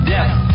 Death